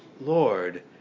Lord